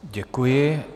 Děkuji.